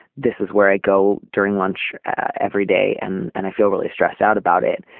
this is where i go during lunch every day and and i feel really stressed out about it.